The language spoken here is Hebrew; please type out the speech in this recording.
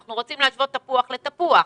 אנחנו רוצים להשוות תפוח לתפוח.